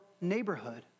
neighborhood